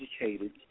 educated